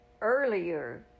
earlier